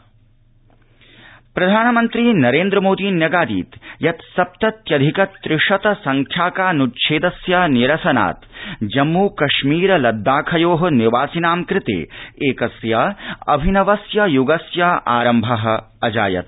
प्रधानमन्त्रीसम्बोधनम् प्रधानमन्त्री नरेन्द्र मोदी न्यगादीत् यत् सप्तत्यधिक त्रिशत संख्याकानुच्छेदस्य निरसनात् जम्मू कश्मीर लद्दाखयो निवासिनां कृते एकस्य अभिनवस्य युगस्य आरम्भोऽजायत